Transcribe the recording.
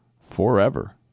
Forever